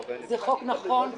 זה חוק נכון,